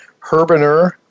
Herbener